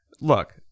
Look